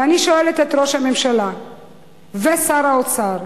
ואני שואלת את ראש הממשלה ואת שר האוצר: